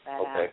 Okay